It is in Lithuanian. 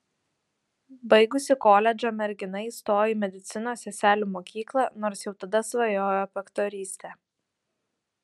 baigusi koledžą mergina įstojo į medicinos seselių mokyklą nors jau tada svajojo apie aktorystę